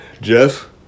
Jeff